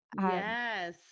Yes